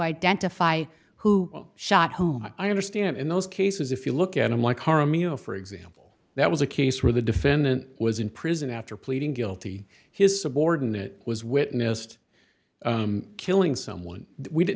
identify who shot home i understand in those cases if you look at them like her romeo for example that was a case where the defendant was in prison after pleading guilty his subordinate was witnessed killing someone we didn't